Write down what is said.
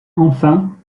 enfin